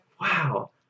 Wow